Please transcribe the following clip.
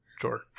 sure